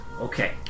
okay